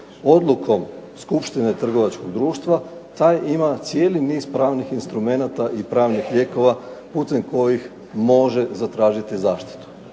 odlukom Skupštine trgovačkog društva, taj ima cijeli niz pravnih instrumenata i pravnih lijekova putem kojih može zatražiti zaštitu.